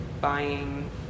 buying